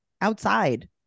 outside